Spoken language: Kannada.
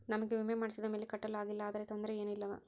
ನಮಗೆ ವಿಮೆ ಮಾಡಿಸಿದ ಮೇಲೆ ಕಟ್ಟಲು ಆಗಿಲ್ಲ ಆದರೆ ತೊಂದರೆ ಏನು ಇಲ್ಲವಾ?